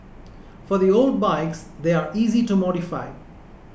for the old bikes they're easy to modify